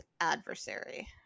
adversary